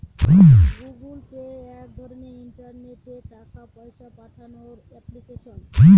Google Pay এক রকমের ইন্টারনেটে টাকা পয়সা পাঠানোর এপ্লিকেশন